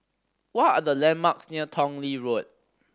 what are the landmarks near Tong Lee Road